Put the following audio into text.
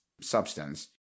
substance